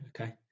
okay